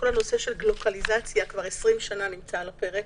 כל הנושא של גלוקליזציה כבר 20 שנים נמצא על הפרק.